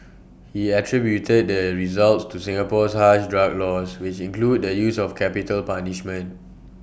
he attributed these results to Singapore's harsh drug laws which include the use of capital punishment